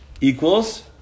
equals